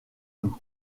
nous